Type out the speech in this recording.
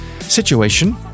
situation